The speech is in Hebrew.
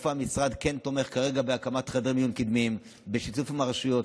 איפה המשרד כן תומך כרגע בהקמת חדרי מיון קדמיים בשיתוף עם הרשויות,